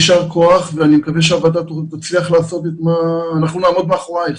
יישר כוח ואני מקווה שהוועדה תצליח לעשות ואנחנו נעמוד מאחוריך.